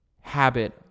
Habit